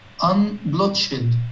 unbloodshed